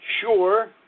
sure